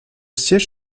siège